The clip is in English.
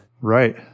Right